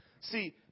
See